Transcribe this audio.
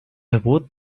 debut